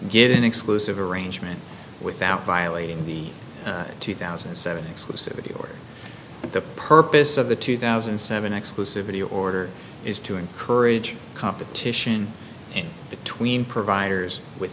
get an exclusive arrangement without violating the two thousand and seven exclusivity or the purpose of the two thousand and seven exclusivity order is to encourage competition in between providers with